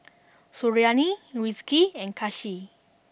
Suriani Rizqi and Kasih